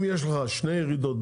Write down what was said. אם יש לך שתי ירידות.